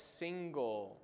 single